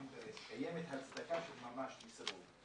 קיימת הצדקה של ממש לסירוב.